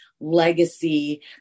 legacy